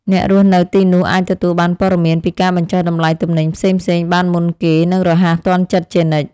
អ្នករស់នៅទីនោះអាចទទួលបានព័ត៌មានពីការបញ្ចុះតម្លៃទំនិញផ្សេងៗបានមុនគេនិងរហ័សទាន់ចិត្តជានិច្ច។